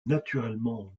naturellement